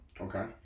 Okay